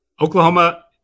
Oklahoma